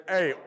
Hey